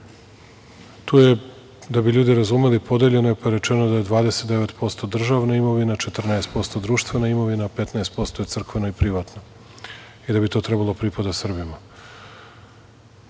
Da bi ljudi razumeli, podeljeno je, pa je rečeno da je 29% državna imovina, 14% društvena imovina, 15% crkveno i privatno i da bi to trebalo pripadati Srbima. Kada